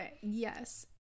yes